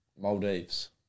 Maldives